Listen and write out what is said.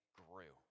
grew